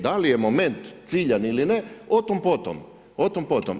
Da li je moment ciljan ili ne, o tom potom.